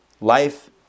Life